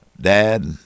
Dad